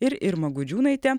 ir irma gudžiūnaite